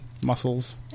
muscles